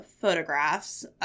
photographs